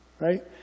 right